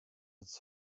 its